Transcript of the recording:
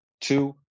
two